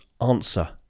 answer